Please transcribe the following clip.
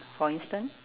for instance